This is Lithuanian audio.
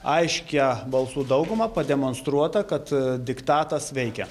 aiškia balsų dauguma pademonstruota kad diktatas veikia